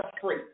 free